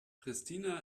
pristina